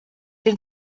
den